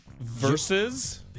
Versus